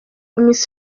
miss